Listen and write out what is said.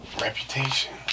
reputation